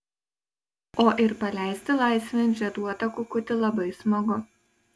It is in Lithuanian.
o ir paleisti laisvėn žieduotą kukutį labai smagu